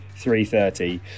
3.30